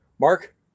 Mark